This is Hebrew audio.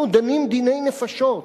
אנחנו דנים דיני נפשות,